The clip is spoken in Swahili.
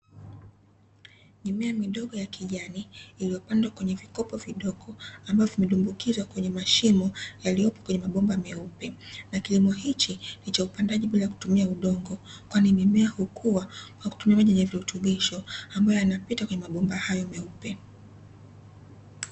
Mimea midogo ya kijani, iliyopandwa kwenye vikopo vidogo ambavyo vimetumbukizwa kwenye mashimo yaliyopo kwenye mabomba meupe, na kilimo hiki ni cha upandaji bila kutumia udongo, kwani mimea hukua kwa kutumia maji yenye virutubisho, ambayo yanapita kwenye mabomba hayo meupe.